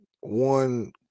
one